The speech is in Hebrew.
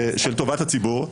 של טובת הציבור.